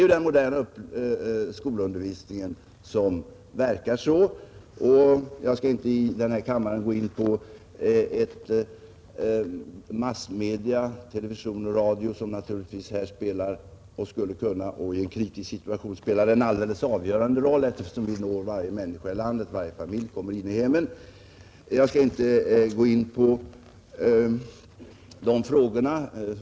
Den moderna skolundervisningen verkar ju så. Jag skall i denna kammare inte gå in på frågan om massmedia, television och radio, som naturligtvis här spelar en stor, ja, i en kritisk situation avgörande roll, eftersom de når ut till varje människa i landet och med sitt budskap når direkt in i hemmen. Jag skall inte gå in på dessa frågor.